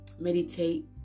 meditate